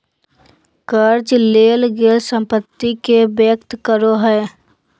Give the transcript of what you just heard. कर्ज लेल गेल संपत्ति के व्यक्त करो हइ